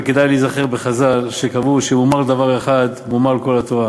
וכדאי להיזכר שקבעו שמומר לדבר אחד מומר לכל התורה,